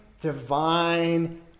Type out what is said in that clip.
divine